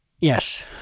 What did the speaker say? Yes